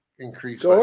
Increase